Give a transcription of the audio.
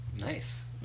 Nice